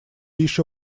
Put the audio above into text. еще